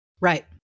Right